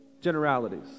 generalities